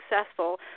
successful